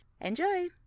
Enjoy